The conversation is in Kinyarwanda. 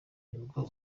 nibwo